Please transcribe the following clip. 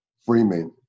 Freeman